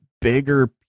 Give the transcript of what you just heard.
bigger